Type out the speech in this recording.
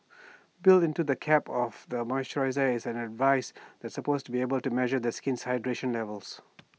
built into the cap of the moisturiser is A device that supposedly is able to measure the skin's hydration levels